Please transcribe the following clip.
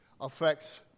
affects